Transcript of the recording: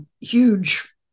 huge